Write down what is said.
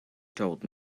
told